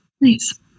Nice